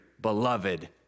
beloved